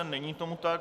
Není tomu tak.